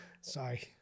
Sorry